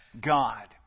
God